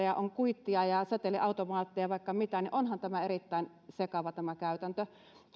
ja on kuittia ja seteliautomaattia ja vaikka mitä niin onhan tämä erittäin sekava käytäntö